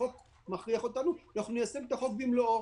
החוק מכריח אותנו ואנחנו ניישם את החוק במלואו.